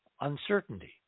uncertainty